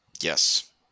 Yes